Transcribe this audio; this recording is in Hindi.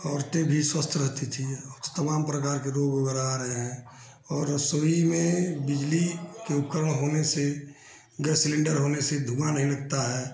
औरतें भी स्वस्थ रहती थीं अब तो तमाम प्रकार के रोग वग़ैरह आ रहे हैं और रसोई में बिजली के उपकरण होने से गैस सिलेण्डर होने से धुआँ नहीं लगता है